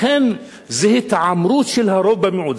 לכן, זו התעמרות של הרוב במיעוט.